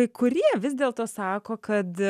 kai kurie vis dėlto sako kad